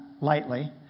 lightly